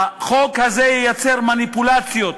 החוק הזה ייצר מניפולציות,